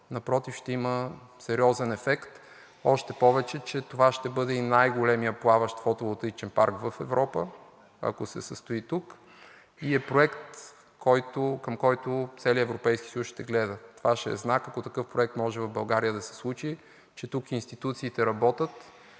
напротив, ще има сериозен ефект. Още повече че това ще бъде и най-големият плаващ фотоволтаичен парк в Европа, ако се състои тук и е проект, към който целият Европейски съюз ще гледа. Това ще е знак, ако такъв проект може в България да се случи, че тук институциите работят